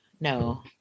No